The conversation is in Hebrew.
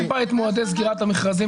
יכולנו לאחד את מועדי סגירת המכרזים